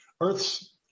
Earth's